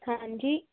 हाँ जी